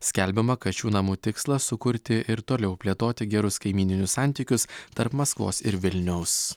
skelbiama kad šių namų tikslas sukurti ir toliau plėtoti gerus kaimyninius santykius tarp maskvos ir vilniaus